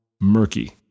murky